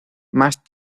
más